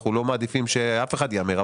אנחנו לא מעדיפים שאף אחד יהמר.